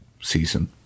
season